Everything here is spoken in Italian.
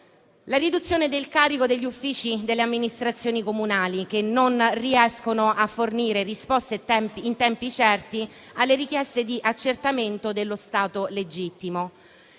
la riduzione del carico degli uffici delle amministrazioni comunali che non riescono a fornire risposte in tempi certi alle richieste di accertamento dello stato legittimo.